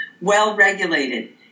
well-regulated